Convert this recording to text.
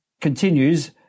continues